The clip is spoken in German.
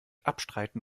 abstreiten